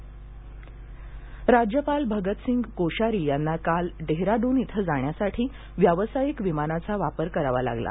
राज्यपाल राज्यपाल भगतसिंग कोश्यारी यांना काल डेहराडून इथं जाण्यासाठी व्यावसायिक विमानाचा वापर करावा लागला